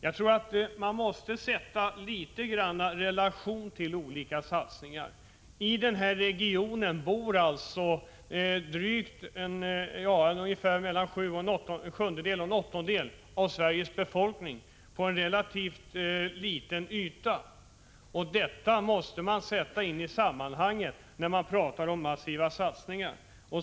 Men man måste sätta olika satsningar i relation till varandra. I den här regionen bor mellan en sjundedel och en åttondel av Sveriges befolkning på en relativt liten yta. Det måste man ta hänsyn till när man talar om massiva satsningar.